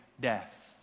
death